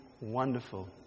wonderful